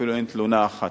אפילו אין תלונה אחת.